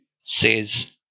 says